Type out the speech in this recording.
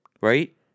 Right